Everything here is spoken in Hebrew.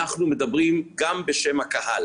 אנחנו מדברים גם בשם הקהל,